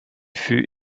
fut